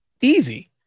Easy